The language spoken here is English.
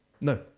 No